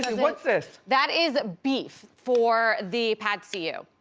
and what's this? that is beef for the pad see ew.